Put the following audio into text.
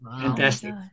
fantastic